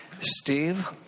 Steve